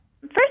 First